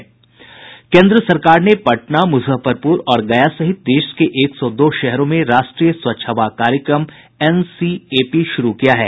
केन्द्र सरकार ने पटना मुजफ्फरपुर और गया सहित देश के एक सौ दो शहरों में राष्ट्रीय स्वच्छ हवा कार्यक्रम एनसीएपी शुरू किया है